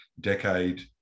decade